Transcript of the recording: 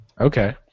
Okay